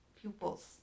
pupils